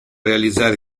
realizzare